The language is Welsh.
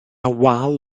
wal